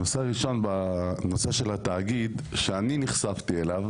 בנושא התאגיד שאני נחשפתי אליו